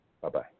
Bye-bye